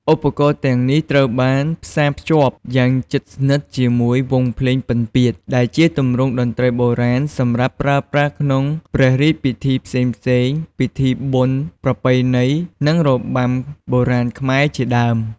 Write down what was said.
ឧបករណ៍ទាំងនេះត្រូវបានផ្សារភ្ជាប់យ៉ាងជិតស្និទ្ធជាមួយវង់ភ្លេង ពិណពាទ្យ ដែលជាទម្រង់តន្ត្រីបុរាណសម្រាប់ប្រើប្រាស់ក្នុងព្រះរាជពិធីផ្សេងៗ ពិធីបុណ្យប្រពៃណី និងរបាំបុរាណខ្មែរជាដើម។